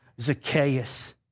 Zacchaeus